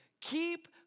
Keep